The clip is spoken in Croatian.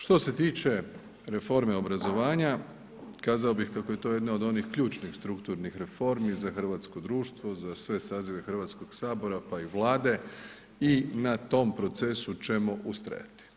Što se tiče reforme obrazovanja kazao bih kako je to jedna od onih ključnih strukturnih reformi za hrvatsko društvo, za sve sazive Hrvatskog sabora pa i Vlade i na tom procesu ćemo ustrajati.